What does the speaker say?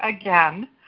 again